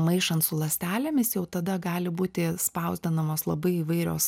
maišant su ląstelėmis jau tada gali būti spausdinamos labai įvairios